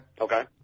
Okay